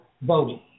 voting